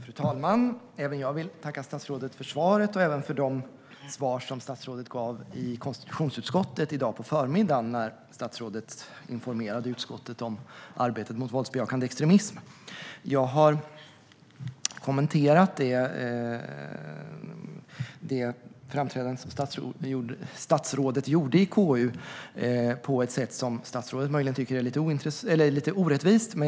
Fru talman! Även jag vill tacka statsrådet för svaret och även för de svar som statsrådet gav i dag på förmiddagen i konstitutionsutskottet, där statsrådet informerade utskottet om arbetet mot våldsbejakande extremism. Jag har kommenterat framträdandet som statsrådet gjorde i KU på ett sätt som statsrådet möjligen tycker är lite orättvist.